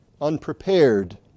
unprepared